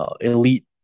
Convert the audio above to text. elite